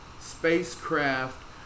spacecraft